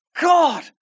God